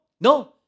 No